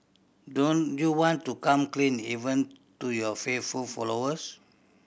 don't you want to come clean even to your faithful followers